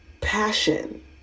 passion